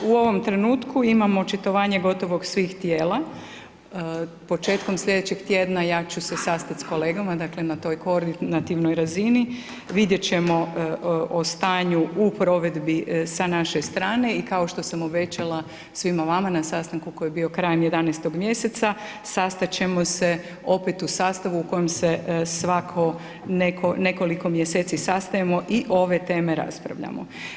U ovom trenutku imam očitovanje gotovo svih tijela, početkom slijedećeg tjedna ja ću se sastat s kolegama dakle na toj koordinativnoj razini, vidjet ćemo o stanju u provedbi sa naše strane i kao što sam obećala svima vama na sastanku koji je bio krajem 11. mjeseca, sastat ćemo se opet u sastavu u kojem se svako nekoliko mjeseci sastajemo i ove treme raspravljamo.